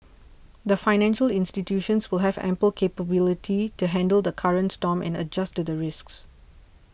the financial institutions will have ample capability to handle the current storm and adjust to the risks